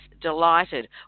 delighted